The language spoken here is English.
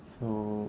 so